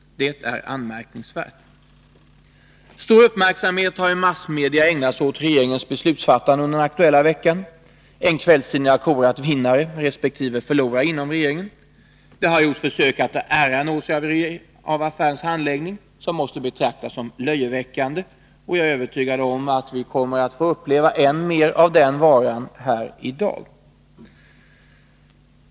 Det är anmärkningsvärt. Stor uppmärksamhet har i massmedia ägnats åt regeringens beslutsfattande under den aktu”"a veckan. En kvällstidning har korat vinnare resp. förlorare inom regeringen. Man har gjort försök, som måste betraktas som löjeväckande, att ta åt sig äran av affärens handläggning, och jag är övertygad om att vi kommer att få uppleva än mer av den varan här i dag.